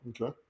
okay